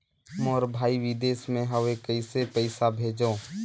मोर भाई विदेश मे हवे कइसे पईसा भेजो?